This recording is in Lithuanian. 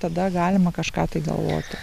tada galima kažką tai galvoti